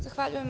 Zahvaljujem.